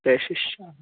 प्रेषयिष्यामि